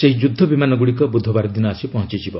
ସେହି ଯୁଦ୍ଧ ବିମାନଗୁଡ଼ିକ ବୁଧବାର ଦିନ ଆସି ପହଞ୍ଚିବ